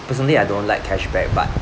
personally I don't like cashback but